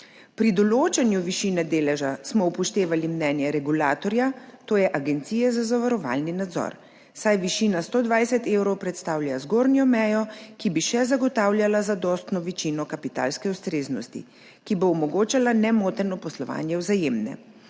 Pri določanju višine deleža smo upoštevali mnenje regulatorja, to je Agencije za zavarovalni nadzor, saj višina 120 evrov predstavlja zgornjo mejo, ki bi še zagotavljala zadostno višino kapitalske ustreznosti, ki bo omogočala nemoteno poslovanje Vzajemne.